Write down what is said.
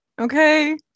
okay